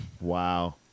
Wow